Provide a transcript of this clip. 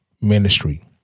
ministry